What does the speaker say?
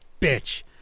bitch